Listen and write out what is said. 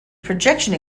projection